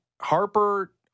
Harper